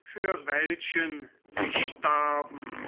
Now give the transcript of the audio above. für welchen sie starben